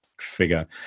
figure